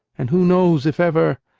and who knows if ever.